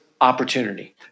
opportunity